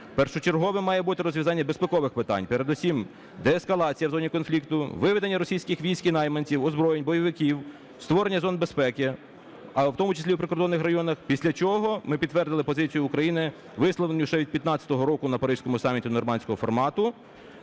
першочергове має бути розв'язання безпекових питань, передусім деескалація в зоні конфлікту, виведення російських військ і найманців, озброєнь, бойовиків, створення зон безпеки, в тому числі в прикордонних районах. Після чого ми підтвердили позицію України, висловлену ще на від 15-го року на Паризькому саміті "норманського формату"